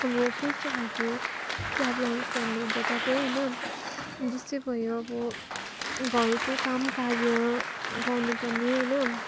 अबो कस्तो खाल्के प्रब्लम्स भन्नुहुन्छ तपाईँ हैन जस्तै भयो अब घरको काम कार्य गर्नुपर्ने होइन